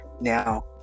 now